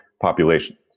populations